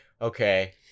okay